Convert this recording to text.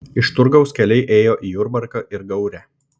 iš turgaus keliai ėjo į jurbarką ir gaurę